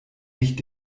nicht